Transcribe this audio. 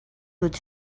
with